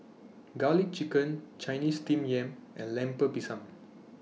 Garlic Chicken Chinese Steamed Yam and Lemper Pisang